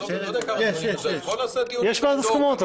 אז --- יש ועדת הסכמות.